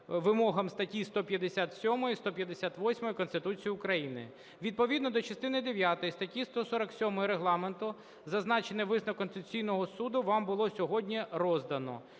вимогам статті 157, 158 Конституції України. Відповідно до частини дев'ятої статті 147 Регламенту, зазначений висновок Конституційного Суду вам було сьогодні роздано.